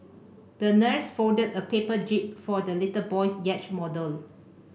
the nurse folded a paper jib for the little boy's yacht model